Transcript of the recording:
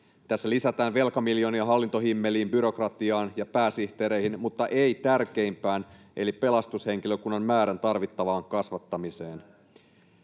Tässä lisätään velkamiljoonia hallintohimmeliin, byrokratiaan ja pääsihteereihin, mutta ei tärkeimpään eli pelastushenkilökunnan määrän tarvittavaan kasvattamiseen.